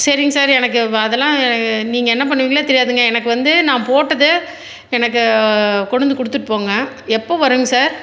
சரிங் சார் எனக்கு அதலாம் எனக்கு நீங்கள் என்ன பண்ணுவீங்களோ தெரியாதுங்க எனக்கு வந்து நான் போட்டது எனக்கு கொண்டு வந்து கொடுத்துட்டு போங்க எப்போ வருங்க சார்